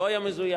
לא היה מזויף,